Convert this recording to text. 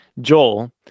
Joel